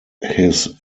his